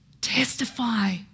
Testify